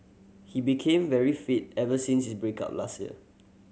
he became very fit ever since his break up last year